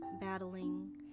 battling